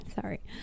Sorry